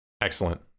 Excellent